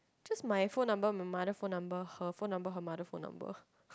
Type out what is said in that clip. just my phone number my mother phone number her phone number her mother phone number